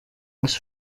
ese